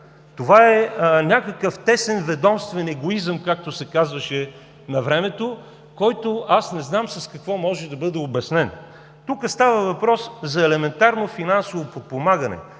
Това е някакъв тесен ведомствени егоизъм, както се казваше навремето, който аз не знам с какво може да бъде обяснен. Тука става въпрос за елементарно финансово подпомагане